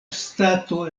stato